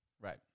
Right